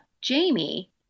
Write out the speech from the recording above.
Jamie